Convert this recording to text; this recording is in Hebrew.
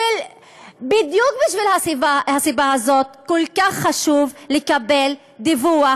בדיוק בגלל הסיבה הזאת כל כך חשוב לקבל דיווח